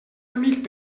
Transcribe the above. amic